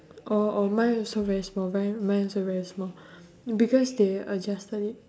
oh oh mine also very small mi~ mine also very small because they adjusted it